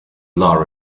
law